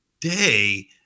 day